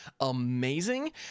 amazing